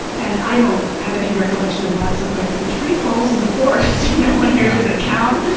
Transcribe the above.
and i don't have any recollection of that, so it's like, if a tree falls in the forest and no one hears, does it count?